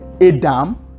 Adam